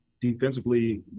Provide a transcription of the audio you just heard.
defensively